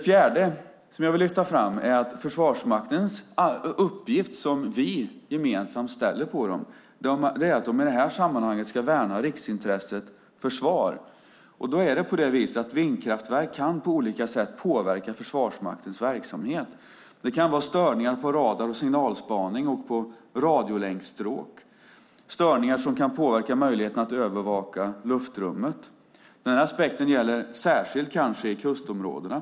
För det fjärde är Försvarsmaktens uppgift, som vi gemensamt ställer krav på, att man i detta sammanhang ska värna riksintresset försvar. Vindkraftverk kan på olika sätt påverka Försvarsmaktens verksamhet. Det kan vara störningar på radar och signalspaning och på radiolänksstråk, störningar som kan påverka möjligheterna att övervaka luftrummet. Den aspekten gäller kanske särskilt i kustområdena.